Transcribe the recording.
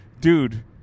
Dude